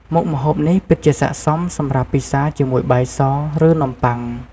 មុខម្ហូបនេះពិតជាស័ក្តិសមសម្រាប់ពិសាជាមួយបាយស ឬនំប៉័ង។